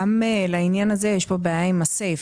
גם לעניין הזה יש פה בעיה עם הסייף,